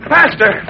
Faster